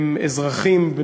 אזרחי ישראל,